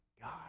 God